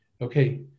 okay